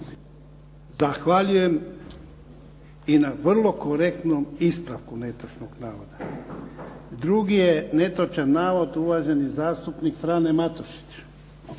Zahvaljujem, i na vrlo korektnom ispravku netočnog navoda. Drugi je netočan navod, uvaženi zastupnik Frane Matušić.